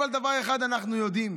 אבל דבר אחד אנחנו יודעים,